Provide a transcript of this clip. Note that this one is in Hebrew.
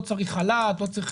לא צריך חל"ת,